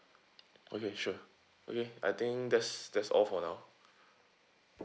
okay sure okay I think that's that's all for now